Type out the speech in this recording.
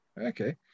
Okay